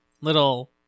little